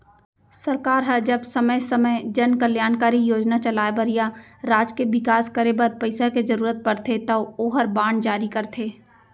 सरकार ह जब समे समे जन कल्यानकारी योजना चलाय बर या राज के बिकास करे बर पइसा के जरूरत परथे तौ ओहर बांड जारी करथे